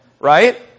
right